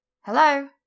Hello